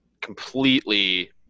completely